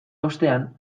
ostean